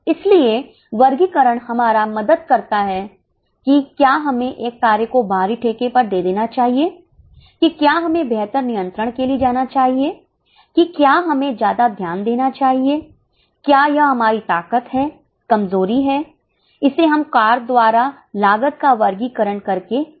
इसलिए वर्गीकरण हमारा मदद करता हैं कि क्या हमें एक कार्य को बाहरी ठेके पर दे देना चाहिए कि क्या हमें बेहतर नियंत्रण के लिए जाना चाहिए कि क्या हमें ज्यादा ध्यान देना चाहिए क्या यह हमारी ताकत है कमजोरी है इसे हम कार्य द्वारा लागत का वर्गीकरण करके जान सकते हैं